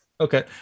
Okay